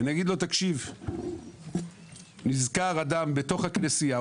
ואני אגיד לו תקשיב נזכר אדם בתוך הכנסייה,